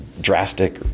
drastic